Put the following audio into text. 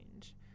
change